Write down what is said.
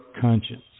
conscience